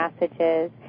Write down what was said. messages